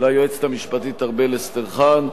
ליועצת המשפטית ארבל אסטרחן,